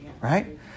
right